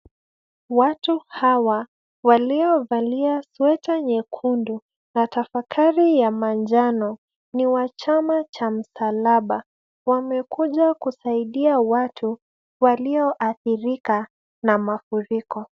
Watu hawa waliovalia sweta nyekundu na tafakari ya manjano, ni wa chama cha Msalaba. Wamekuja kusaidia watu walioathirika na mafuriko.